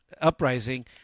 Uprising